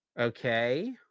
Okay